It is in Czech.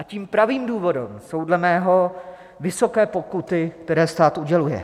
Tím pravým důvodem jsou dle mého vysoké pokuty, které stát uděluje.